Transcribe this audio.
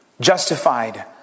justified